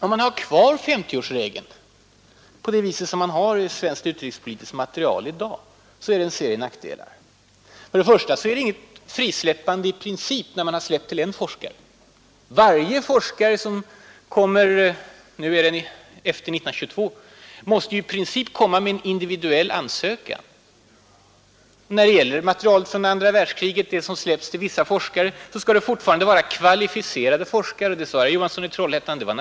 Om man har kvar 50-årsregeln för svenskt utrikespolitiskt material i dag, sig. Först och främst är det inget frisläppande i princip att en forskare får ta del av materialet innan 50 år har gått. Varje forskare som kommer och å för det en serie nackdelar med vill ta del av material efter 1922 måste i princip inkomma med en individuell ansökan. Och när det gäller material från andra världskriget, som nu släpps fritt till vissa forskare, så skall vederbörande vara ”kvalificerad forskare”. Detta är ”naturligt”, sade herr Johansson i Trollhättan i dag.